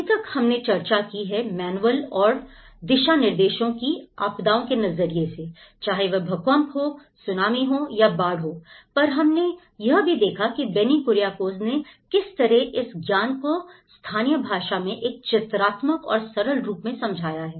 अभी तक हमने चर्चा की है मैनुअल और दिशानिर्देशों की आपदाओं के नजरिए से चाहे वह भूकंप हो सुनामी हो या बाढ़ हो पर हमने यह भी देखा कि बेनी कुरियाकोस ने किस तरह इस ज्ञान को स्थानीय भाषा में एक चित्रात्मक और सरल रूप में समझाया है